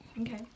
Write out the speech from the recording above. Okay